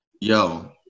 Yo